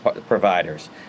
providers